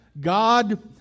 God